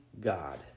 God